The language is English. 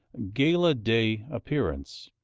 gala-day appearance.